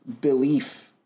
belief